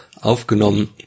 aufgenommen